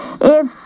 if